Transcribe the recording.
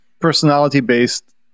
personality-based